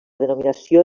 denominació